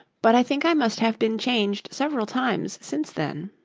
but i think i must have been changed several times since then